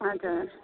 हजुर